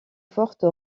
forte